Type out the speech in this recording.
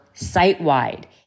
site-wide